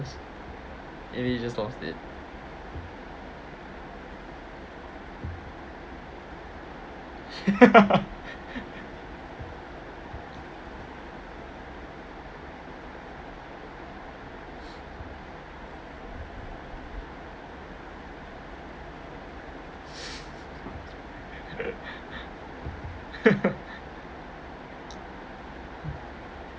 maybe you just lost it